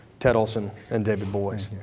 ted olson and david boies.